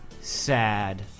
sad